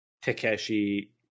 Takeshi